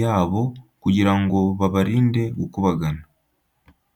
yabo kugira ngo babarinde gukubagana.